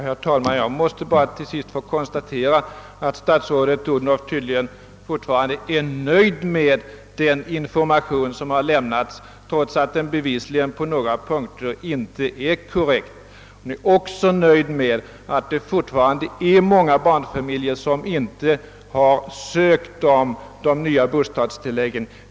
Herr talman! Jag måste avslutningsvis få konstatera att statsrådet Odhnoff fortfarande är nöjd med den information som har lämnats, trots att den bevisligen på några punkter inte är korrekt. Statrådet Odhnoff är också nöjd med att det är många barnfamiljer som inte har sökt de nya bostadstilläggen.